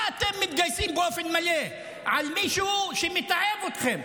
מה אתם מתגייסים באופן מלא למישהו שמתעב אתכם,